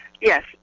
yes